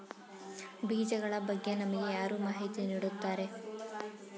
ಬೀಜಗಳ ಬಗ್ಗೆ ನಮಗೆ ಯಾರು ಮಾಹಿತಿ ನೀಡುತ್ತಾರೆ?